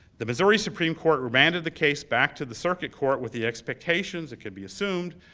the missouri supreme court remanded the case back to the circuit court with the expectations, it could be assumed,